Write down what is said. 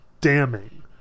damning